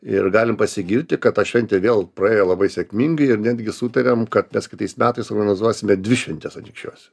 ir galim pasigirti kad ta šventė vėl praėjo labai sėkmingai ir netgi sutarėm kad mes kitais metais organizuosime dvi šventes anykščiuose